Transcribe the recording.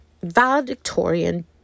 valedictorian